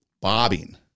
bobbing